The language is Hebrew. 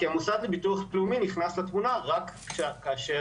כי המוסד לביטוח לאומי נכנס לתמונה רק כאשר